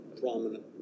prominent